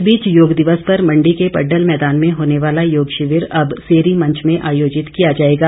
इस बीच योग दिवस पर मंडी के पड्डल मैदान में होने वाला योग शिविर अब सेरी मंच में आयोजित किया जाएगा